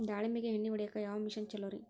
ದಾಳಿಂಬಿಗೆ ಎಣ್ಣಿ ಹೊಡಿಯಾಕ ಯಾವ ಮಿಷನ್ ಛಲೋರಿ?